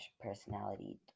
personality